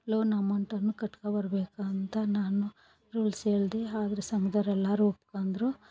loan ಅಮೌಂಟನ್ನು ಕಟ್ಕಬರಬೇಕು ಅಂತ ನಾನು ರೂಲ್ಸ್ ಹೇಳ್ದೆ ಆದ್ರೆ ಸಂಘದವ್ರ್ ಎಲ್ಲರು ಒಪ್ಕಂಡ್ರು